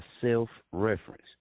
self-reference